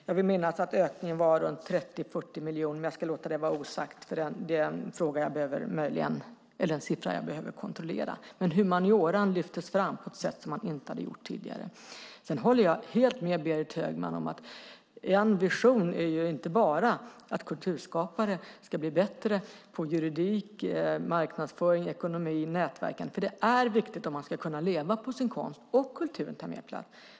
Jag vill minnas att ökningen var 30-40 miljoner, men det ska jag låta vara osagt, för den siffran behöver jag kontrollera. Men humaniora lyftes fram på ett sätt som inte hade skett tidigare. Jag håller helt med Berit Högman om att en vision inte bara är att kulturskapare ska bli bättre på juridik, marknadsföring, ekonomi och nätverkande. Det är ju viktigt om man ska kunna leva på sin konst och kulturen ska ta mer plats.